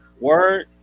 Word